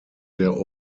der